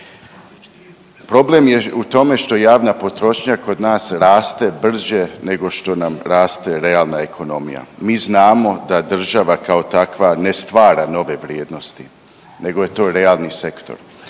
Problem je u tome što javna potrošnja kod nas raste brže nego što nam raste realna ekonomija. Mi znamo da država kao takva ne stvara nove vrijednost nego je to realni sektor,